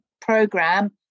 program